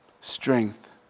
strength